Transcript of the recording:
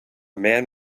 man